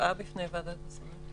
הובאה בפני ועדת השרים.